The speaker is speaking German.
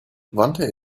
wandte